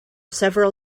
several